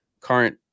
current